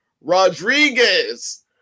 Rodriguez